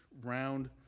round